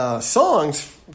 songs